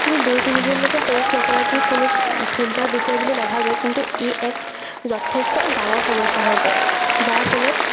কিন্তু দুই তিনিদিনলৈকে শৌচ নকৰাটো কোনো চিন্তাৰ বিষয় বুলি নাভাবে কিন্তু ই এক যথেষ্ট ডাঙৰ সমস্যা হৈ পৰে যাৰ ফলত